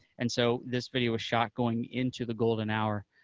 and so this video was shot going into the golden hour